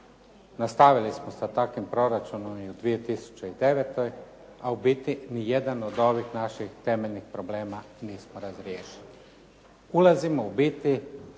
nastavili smo sa takvim proračunom i u 2009. a u biti niti jedan od ovih naših temeljnih problema nismo razriješili. Ulazimo u biti